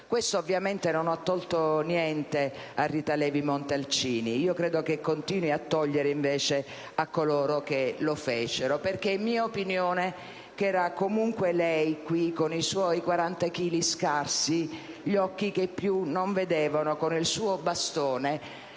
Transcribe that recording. Questo ovviamente non ha tolto niente a Rita Levi-Montalcini. Io credo che, invece, continui a togliere a coloro che lo fecero, perché è mia opinione che era comunque lei, qui, con i suoi 40 chili scarsi, gli occhi che più non vedevano, con il suo bastone,